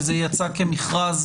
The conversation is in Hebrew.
וזה יצא כמכרז,